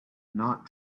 not